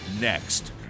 Next